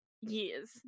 years